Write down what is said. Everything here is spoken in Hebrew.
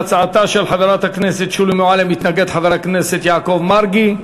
להצעתה של חברת הכנסת שולי מועלם מתנגד חבר הכנסת יעקב מרגי,